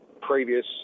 previous